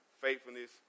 faithfulness